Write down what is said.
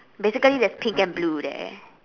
basically there's pink and blue there